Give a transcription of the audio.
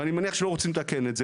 ואני מניח שלא רוצים לתקן את זה.